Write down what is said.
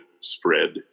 spread